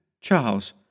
Charles